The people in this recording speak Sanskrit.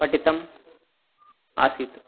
पठितानि आसीत्